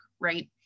right